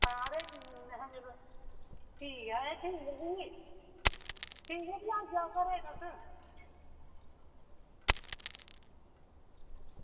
आं ते ठीक ऐ ठीक ऐ भी ठीक ऐ भी आई जाओ घरै गी तुस